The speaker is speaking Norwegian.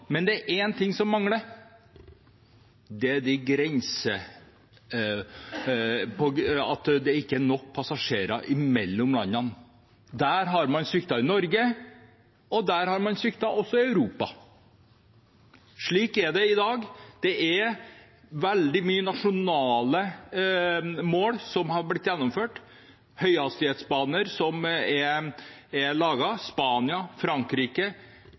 Men det er én ting som mangler: Det er ikke nok passasjerer mellom landene. Der har man sviktet i Norge, og der har man sviktet også i Europa. Slik er det i dag. Det er veldig mange nasjonale mål som har blitt gjennomført, høyhastighetsbaner som er lagd. Spania, Frankrike